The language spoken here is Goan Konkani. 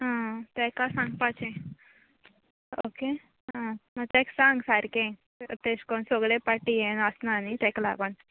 आं ताका सांगपाचें ओके आं ताका सांग सारकें तेश कोन सगळें पाटी हें आसना न्ही ताका लागोन